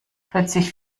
plötzlich